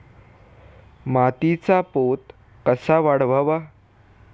मातीचा पोत कसा वाढवावा?